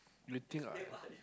they think I